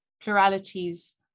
pluralities